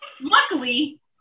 Luckily